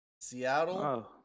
Seattle